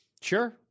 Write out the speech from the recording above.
Sure